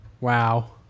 Wow